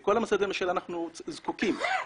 כל משרדי הממשלה, אנחנו זקוקים להם